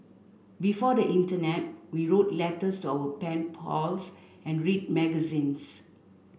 before the internet we wrote letters to our pen pals and read magazines